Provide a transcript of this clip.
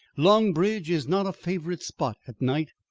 long bridge is not a favourite spot at night,